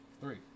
Three